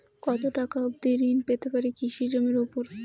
কত টাকা অবধি ঋণ পেতে পারি কৃষি জমির উপর?